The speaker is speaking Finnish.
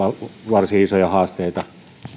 varsin isoja haasteita